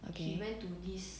okay